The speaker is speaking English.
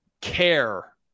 care